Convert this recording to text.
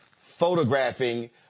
photographing